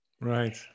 Right